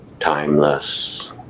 timeless